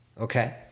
okay